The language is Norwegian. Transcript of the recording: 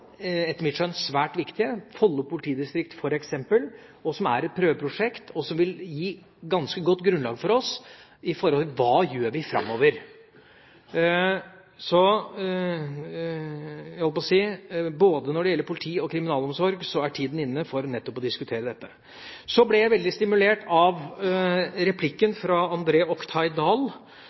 svært viktige – Follo politidistrikt, f.eks., er et prøveprosjekt som vil gi et ganske godt grunnlag for oss med hensyn til hva vi gjør framover. Så både når det gjelder politiet, og når det gjelder kriminalomsorgen, er tida inne for nettopp å diskutere dette. Så ble jeg veldig stimulert av replikken fra